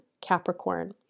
Capricorn